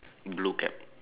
blue cap